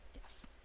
Yes